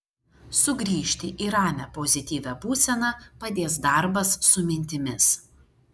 sugrįžti į ramią pozityvią būseną padės darbas su mintimis